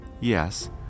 yes